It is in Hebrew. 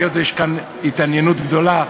היות שיש כאן התעניינות גדולה,